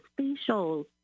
facials